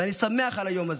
ואני שמח על היום הזה.